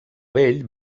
vell